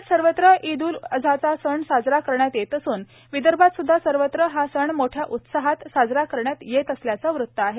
राज्यात सर्वत्र ईद उल अझा साजरा करण्यात येत असून विदर्भात सर्वत्र हा सण मोठ्या उत्साहात साजरा करण्यात येत असल्याचं वृत आहे